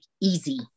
easy